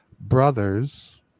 brothers